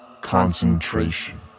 concentration